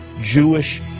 Jewish